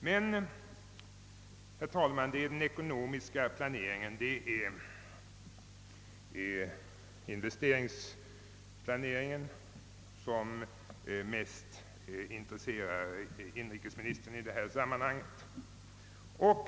Men, herr talman, det är den ekonomiska planeringen, investeringsplaneringen, som mest intresserar inrikesministern i detta sammanhang.